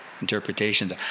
Interpretations